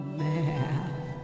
math